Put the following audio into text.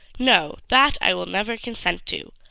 no. that i will never consent to.